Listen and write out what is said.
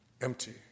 empty